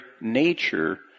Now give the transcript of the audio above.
nature